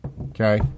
Okay